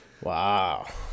Wow